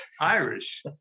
Irish